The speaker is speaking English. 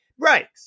Right